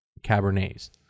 Cabernet's